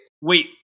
Wait